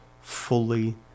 fully